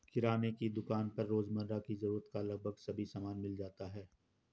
किराने की दुकान पर रोजमर्रा की जरूरत का लगभग सभी सामान मिल जाता है